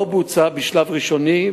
לא בוצע בשלב ראשוני,